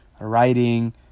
writing